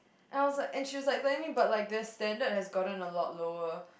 and I was like and she was like telling me but like their standard has gotten a lot lower